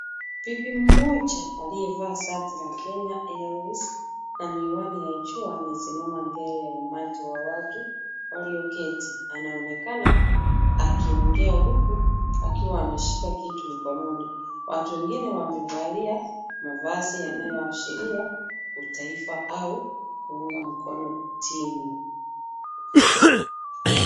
Bibi moja aliyevaa shati la Kenya Airways na miwani ya jua amesimama mbele ya umati wa watu walioketi, anaonekana akiongea huku akiwa ameshika kitu mkononi. Watu wengine wamevalia mavazi yanayoashiria utaifa au kuunga mkono timu.